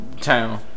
town